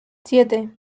siete